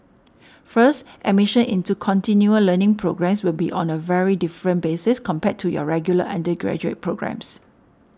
first admission into continual learning programmes will be on a very different basis compared to your regular undergraduate programmes